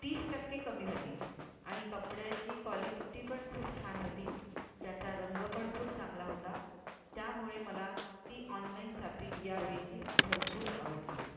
तीस टक्के कमी होती आणि कपड्याची क्वालिटी पण खूप छान होती त्याचा रंग पण खूप चांगला होता त्यामुळे मला ती ऑनलाईन शॉपिंग यावेळेची भरपूर आवडली